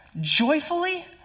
Joyfully